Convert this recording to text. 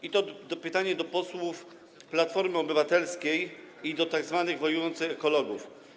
Jest to pytanie do posłów Platformy Obywatelskiej i do tzw. wojujących ekologów.